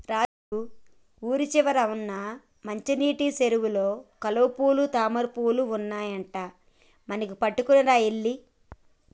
రాజు ఊరి చివర వున్న మంచినీటి సెరువులో కలువపూలు తామరపువులు ఉన్నాయట మనకి పట్టుకురా ఎల్లి